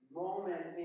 moment